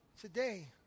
Today